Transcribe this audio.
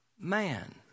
man